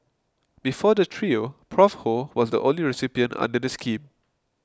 before the trio Prof Ho was the only recipient under the scheme